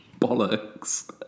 bollocks